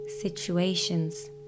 situations